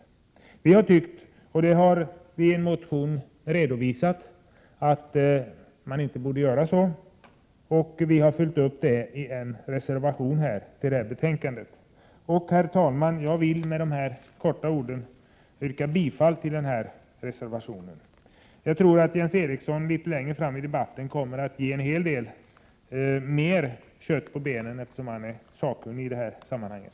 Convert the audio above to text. Vi har i en motion redovisat att man inte bör göra så, och vi har följt upp detta i en reservation som är fogad till detta betänkande. Herr talman! Jag vill med dessa ord yrka bifall till reservation nr 2. Jag tror att Jens Eriksson litet längre fram i debatten kommer att ge en hel del mer kött på benen, eftersom han är sakkunnig i det här sammanhanget.